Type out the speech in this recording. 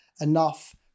enough